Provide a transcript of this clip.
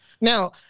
Now